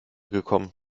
gekommen